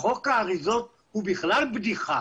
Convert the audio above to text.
חוק האריזות הוא בכלל בדיחה